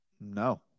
No